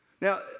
Now